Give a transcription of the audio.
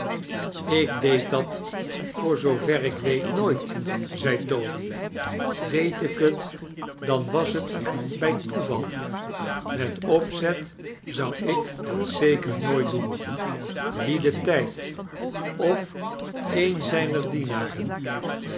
ik deed dat voor zoover ik weet nooit zei toby deed ik het dan was t bij toeval met opzet zou ik het zeker nooit doen wie den tijd of een zijner dienaren